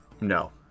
No